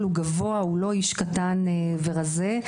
הוא לא איש קטן ורזה,